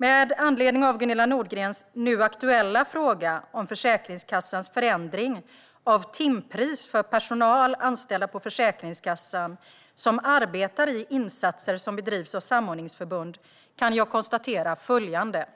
Med anledning av Gunilla Nordgrens nu aktuella fråga om Försäkringskassans förändring av timpris för personal anställd på Försäkringskassan som arbetar i insatser som bedrivs av samordningsförbund kan jag konstatera följande: